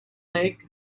lake